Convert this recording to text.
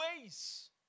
ways